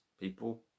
People